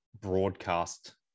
broadcast